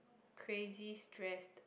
crazy stressed